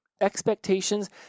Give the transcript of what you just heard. Expectations